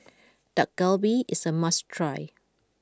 Dak Galbi is a must try